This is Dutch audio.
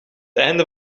einde